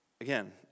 Again